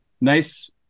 Nice